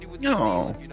No